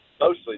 Mostly